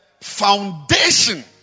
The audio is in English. foundation